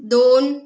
दोन